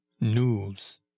news